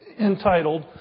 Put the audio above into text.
entitled